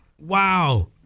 wow